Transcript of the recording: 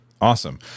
awesome